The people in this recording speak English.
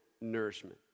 nourishment